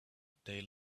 they